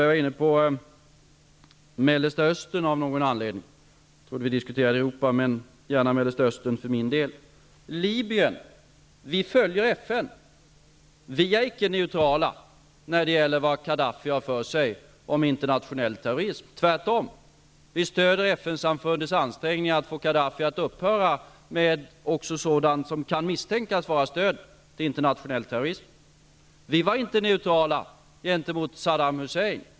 Jag trodde att vi diskuterade Europa, men för min del kan vi gärna diskutera Mellersta östern. Vi följer FN när det gäller Libyen. Vi är icke neutrala när det gäller vad Kadhafi har för sig och när det gäller internationell terrorism -- tvärtom. Vi stöder FN-samfundets ansträngningar att få Kadhafi att upphöra även med sådant som kan misstänkas vara stöd till internationell terrorism. Vi var inte neutrala gentemot Saddam Hussein.